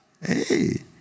Hey